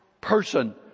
person